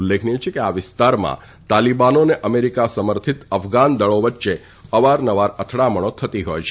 ઉલ્લેખનીય છે કે આ વિસ્તારમાં તાલીબાનો અને અમેરીકા સમર્થિત અફઘાન દળો વચ્ચે અવાર નવાર અથડામણો થતી હોય છે